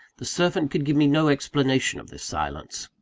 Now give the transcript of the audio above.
the servant could give me no explanation of this silence.